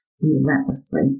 relentlessly